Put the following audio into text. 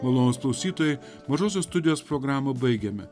malonūs klausytojai mažosios studijos programą baigiame